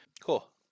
Cool